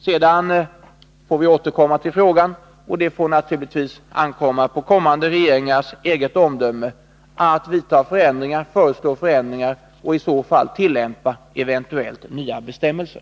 Sedan får vi återkomma till frågan, och det får naturligtvis ankomma på kommande regeringars omdöme att föreslå förändringar och i så fall tillämpa eventuellt nya bestämmelser.